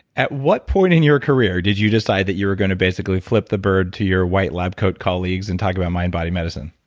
at what point in your career did you decide that you were going to basically flip the bird to your white lab coat colleagues and talk about mind-body medicine?